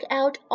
out